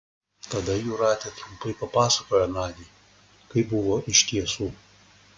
tada jūratė trumpai papasakojo nadiai kaip buvo iš tiesų